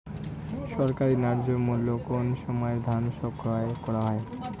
সরকারি ন্যায্য মূল্যে কোন সময় ধান ক্রয় করা হয়?